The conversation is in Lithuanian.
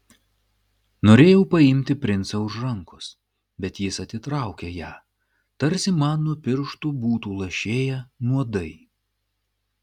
norėjau paimti princą už rankos bet jis atitraukė ją tarsi man nuo pirštų būtų lašėję nuodai